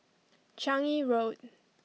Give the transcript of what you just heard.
Changi Road